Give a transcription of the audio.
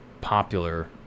popular